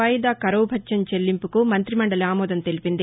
వాయిదా కరవు భత్యం చెల్లింపుకు మంతి మండలి ఆమోదం తెలిపింది